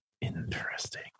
Interesting